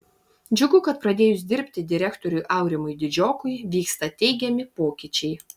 džiugu kad pradėjus dirbti direktoriui aurimui didžiokui vyksta teigiami pokyčiai